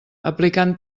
aplicant